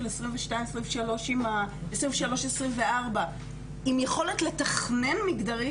שלטון מקומי כי בסוף זה שלטון מקומי שנותן שירות לתושבים שלו,